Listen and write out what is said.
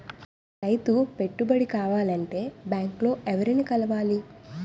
రైతు పెట్టుబడికి కావాలంటే బ్యాంక్ లో ఎవరిని కలవాలి?